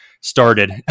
started